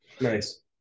Nice